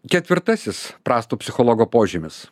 ketvirtasis prasto psichologo požymis